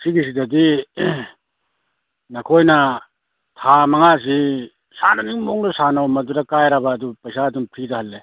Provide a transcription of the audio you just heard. ꯁꯤꯒꯤꯁꯤꯗꯗꯤ ꯅꯈꯣꯏꯅ ꯊꯥ ꯃꯉꯥꯁꯤ ꯁꯥꯟꯅꯅꯤꯡ ꯃꯑꯣꯡꯗ ꯁꯥꯅꯅꯧ ꯃꯗꯨꯗ ꯀꯥꯏꯔꯕ ꯑꯗꯨ ꯄꯩꯁꯥ ꯑꯗꯨꯝ ꯐ꯭ꯔꯤꯗ ꯍꯜꯂꯦ